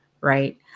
right